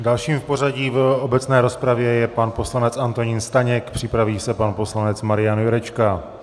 Dalším v pořadí v obecné rozpravě je pan poslanec Antonín Staněk, připraví se pan poslanec Marian Jurečka.